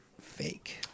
fake